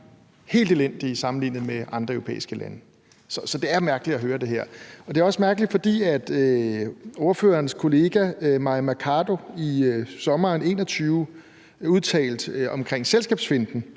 helt elendige sammenlignet med andre europæiske lande, så det er mærkeligt at høre det her. Det også mærkeligt, fordi ordførerens kollega Mai Mercado i sommeren 2021 udtalte om selskabsfinten,